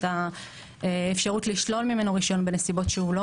את האפשרות לשלול ממנו רישיון בנסיבות שהוא מבצע פעולות שהוא לא